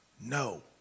No